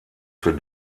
für